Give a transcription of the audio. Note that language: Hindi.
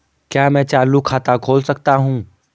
क्या मैं चालू खाता खोल सकता हूँ?